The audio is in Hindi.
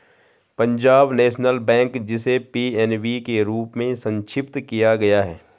पंजाब नेशनल बैंक, जिसे पी.एन.बी के रूप में संक्षिप्त किया गया है